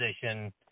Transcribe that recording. position